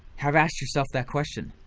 have asked yourself that question?